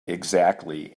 exactly